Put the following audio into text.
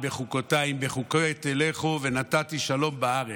היא בחוקותיי: "אם בחקתי תלכו ונתתי שלום בארץ".